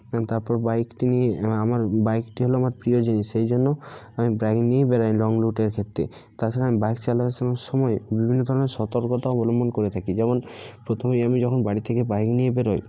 তারপর বাইকটি নিয়ে আমার বাইকটি হল আমার প্রিয় জিনিস সেই জন্য আমি বাইক নিয়েই বেরাই লং রুটের ক্ষেত্রে তাছাড়া আমি বাইক চলার সময় বিভিন্ন ধরনের সতর্কতা অবলম্বন করে থাকি যেমন প্রথমেই আমি যখন বাড়ি থেকে বাইক নিয়ে বেরাই